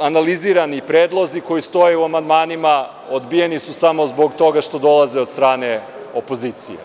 analizirani predlozi koji stoje u amandmanima, odbijeni su samo zbog toga što dolaze od strane opozicije.